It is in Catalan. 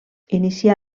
inicià